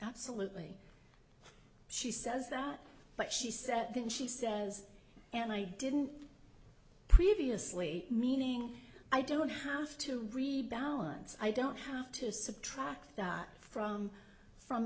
absolutely she says that but she said then she says and i didn't previously meaning i don't have to rebalance i don't have to subtract from from